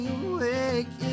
awake